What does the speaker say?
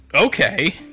Okay